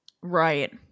Right